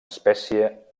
espècie